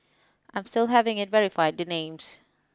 I'm still having it verified the names